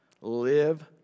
live